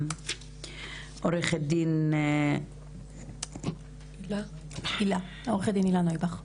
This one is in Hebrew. עורכת הדין הילה נויבך.